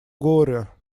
горе